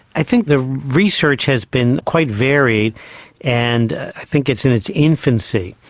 i think the research has been quite varied and i think it's in its infancy.